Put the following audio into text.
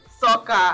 soccer